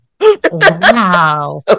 Wow